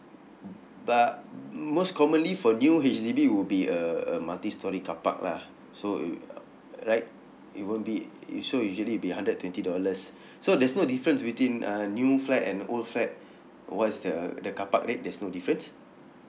but most commonly for new H_D_B would be a a multi storey carpark lah so you uh right it won't be it so usually it'll be hundred and twenty dollars so there's no difference between uh new flat and old flat what's the the carpark rate there's no difference